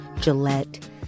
Gillette